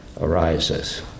arises